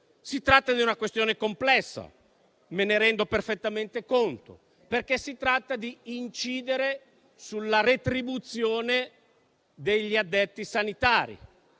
Si tratta di una questione complessa, e me ne rendo perfettamente conto, perché si tratta di incidere sulla retribuzione degli addetti sanitari.